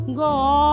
go